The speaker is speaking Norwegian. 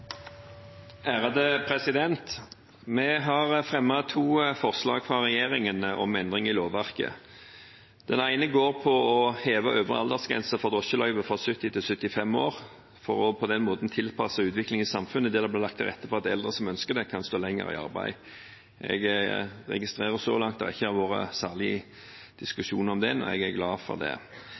dette forslaget. Regjeringen har fremmet to forslag om endring i lovverket. Det ene går på å heve øvre aldersgrense for drosjeløyve fra 70 år til 75 år, for på den måten å tilpasse seg en utvikling i samfunnet der det blir lagt til rette for at eldre som ønsker det, kan stå lenger i arbeid. Jeg registrer at det så langt ikke har vært noen særlig diskusjon om det, og jeg er glad for det.